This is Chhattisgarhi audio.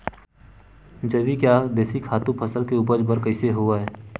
जैविक या देशी खातु फसल के उपज बर कइसे होहय?